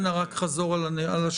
אנא רק חזור על הדברים